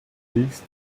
these